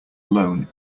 alone